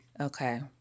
Okay